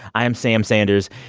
i am sam sanders.